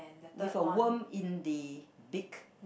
with a worm in the big